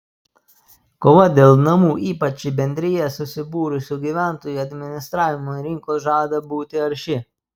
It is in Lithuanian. kova dėl namų ypač į bendrijas susibūrusių gyventojų administravimo rinkos žada būti arši